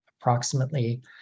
approximately